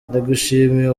ndagushimiye